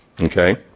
Okay